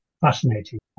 fascinating